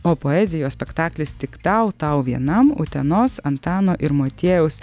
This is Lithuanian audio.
o poezijos spektaklis tik tau tau vienam utenos antano ir motiejaus